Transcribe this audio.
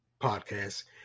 podcast